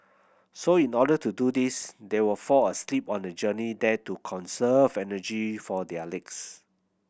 so in order to do this they were fall asleep on the journey there to conserve energy for their legs